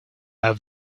had